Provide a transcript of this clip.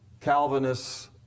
Calvinists